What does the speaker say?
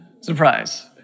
surprise